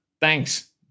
Thanks